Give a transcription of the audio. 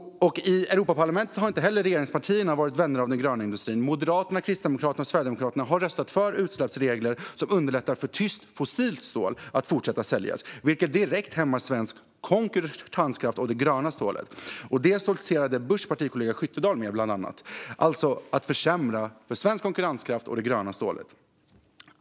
I Europaparlamentet har regeringspartierna inte heller varit vänner av den gröna industrin. Moderaterna, Kristdemokraterna och Sverigedemokraterna har röstat för utsläppsregler som underlättar för att tyskt fossilt stål fortsätter att säljas, vilket direkt hämmar svensk konkurrenskraft och det gröna stålet. Detta stoltserade bland andra Busch partikollega Skyttedal med, alltså att försämra för svensk konkurrenskraft och det gröna stålet.